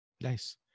Nice